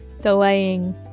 delaying